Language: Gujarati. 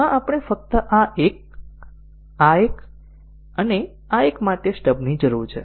આ આપણે ફક્ત આ એક આ એક અને આ એક માટે સ્ટબની જરૂર છે